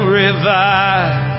revive